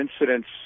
incidents